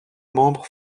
membres